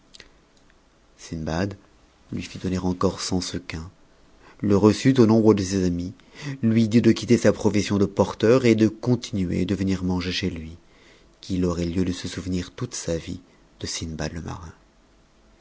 lui fit donner encore cent sequins le reçut au nombre de ses amis lui dit de quitter sa profession de porteur et de continuer de venir manger chez lui qu'il aurait lieu de se souvenir toute sa vie de